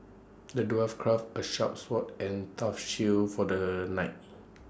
the dwarf crafted A sharp sword and tough shield for the knight